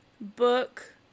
book